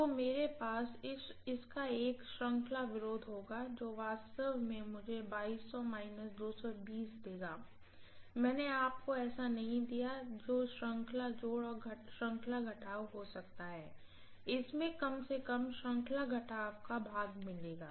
तो मेरे पास इसका एक श्रृंखला विरोध होगा जो वास्तव में मुझे देगा मैंने आपको ऐसा नहीं दिया जो श्रृंखला जोड़ और श्रृंखला घटाव हो सकता है इससे कम से कम श्रृंखला घटाव का भाग मिलेगा